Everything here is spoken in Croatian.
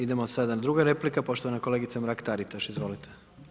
Idemo sada druga replika, poštovana kolegica Mrak-Taritaš, izvolite.